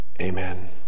Amen